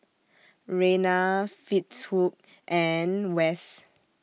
Reyna Fitzhugh and Wes